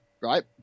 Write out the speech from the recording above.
right